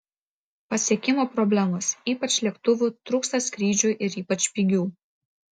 pasiekimo problemos ypač lėktuvų trūksta skrydžių ir ypač pigių